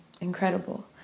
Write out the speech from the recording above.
incredible